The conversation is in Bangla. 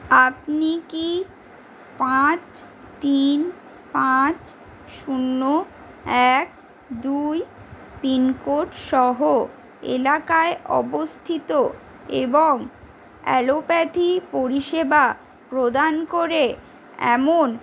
আপনি কি পাঁচ তিন পাঁচ শূন্য এক দুই পিনকোড সহ এলাকায় অবস্থিত এবং অ্যালোপ্যাথি পরিষেবা প্রদান করে এমন